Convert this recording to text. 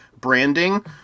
branding